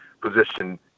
position